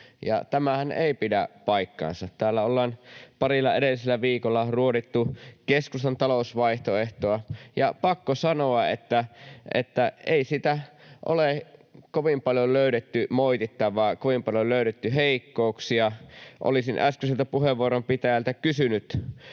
tämähän ei pidä paikkaansa. Täällä ollaan parilla edellisellä viikolla ruodittu keskustan talousvaihtoehtoa, ja on pakko sanoa, että ei siitä ole kovin paljon löydetty moitittavaa tai kovin paljon löydetty heikkouksia. Olisin äskeiseltä puheenvuoron pitäjältä kysynyt,